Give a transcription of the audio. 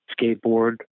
skateboard